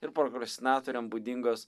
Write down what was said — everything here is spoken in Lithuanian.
ir prokrastinatoriam būdingos